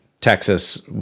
Texas